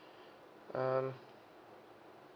um